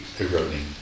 eroding